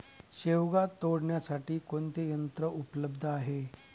शेवगा तोडण्यासाठी कोणते यंत्र उपलब्ध आहे?